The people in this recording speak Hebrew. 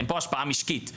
אין פה השפעה משקית.